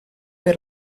per